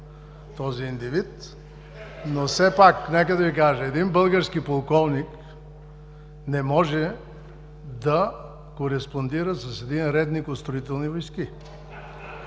този индивид, но все пак нека да Ви кажа. Един български полковник не може да кореспондира с един редник от „Строителни войски“.